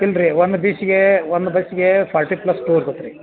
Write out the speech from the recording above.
ಇಲ್ಲ ರೀ ಒಂದು ದಿವ್ಸಕ್ಕೇ ಒಂದು ಬಸ್ಗೆ ಫಾರ್ಟಿ ಪ್ಲಸ್ ಕೂರ್ತತೆ ರೀ